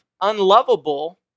unlovable